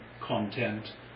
content